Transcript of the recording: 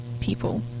people